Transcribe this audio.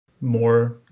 more